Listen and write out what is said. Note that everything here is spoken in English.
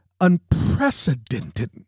unprecedented